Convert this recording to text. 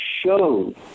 showed